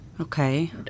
Okay